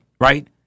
right